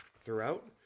throughout